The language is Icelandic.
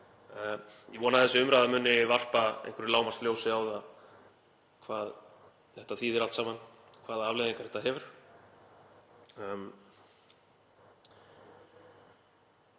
Ég vona að þessi umræða muni varpa einhverju lágmarksljósi á það hvað þetta þýðir allt saman, hvaða afleiðingar þetta hefur.